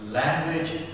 language